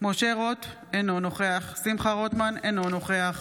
משה רוט, אינו נוכח שמחה רוטמן, אינו נוכח